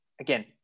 again